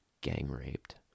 gang-raped